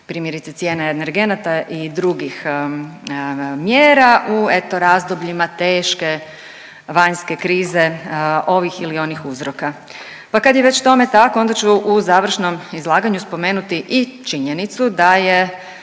primjerice cijene energenata i drugih mjera u eto razdobljima teške vanjske krize, ovih ili onih uzroka. Pa kad je već tome tako onda ću u završnom izlaganju spomenuti i činjenicu da je